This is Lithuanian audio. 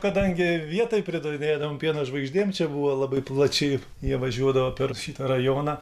kadangi vietoj pridavinėdavom pieno žvaigždėm čia buvo labai plačiai jie važiuodavo per šitą rajoną